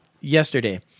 yesterday